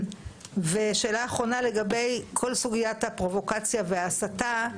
שאלה אחרונה לגבי כל סוגיית הפרובוקציה וההסתה.